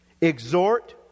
exhort